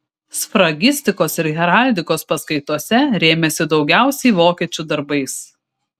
sfragistikos ir heraldikos paskaitose rėmėsi daugiausiai vokiečių darbais